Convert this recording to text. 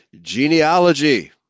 genealogy